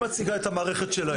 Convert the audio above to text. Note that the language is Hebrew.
היא מציגה את המערכת שלהם.